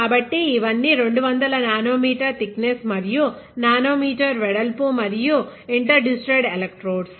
కాబట్టి ఇవన్నీ 200 nanometre thickness మరియు నానోమీటర్ వెడల్పు మరియు ఇంటర్ డిజిటెడ్ ఎలెక్ట్రోడ్స్